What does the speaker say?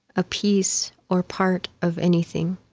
a piece or part of anything.